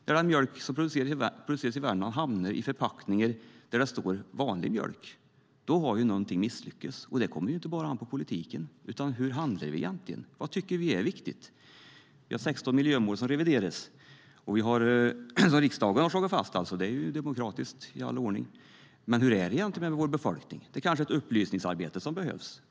Den mjölk som produceras lokalt i Värmland säljs som vanlig standardmjölk. Då har något misslyckats. Det kommer inte bara an på politiken, utan det gäller hur vi egentligen handlar. Vad tycker vi är viktigt? Vi har 16 miljömål som revideras. Riksdagen har slagit fast dem. Det är demokratiskt och i all ordning. Man hur är det egentligen med vår befolkning? Det kanske är ett upplysningsarbete som behövs.